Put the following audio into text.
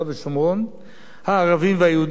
הערבים והיהודים, הן באחריותנו,